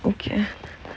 okay